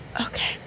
Okay